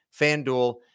FanDuel